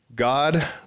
God